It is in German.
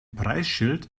preisschild